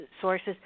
sources